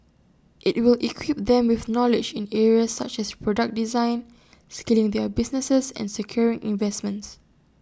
IT will equip them with knowledge in areas such as product design scaling their businesses and securing investments